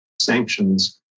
sanctions